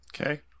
okay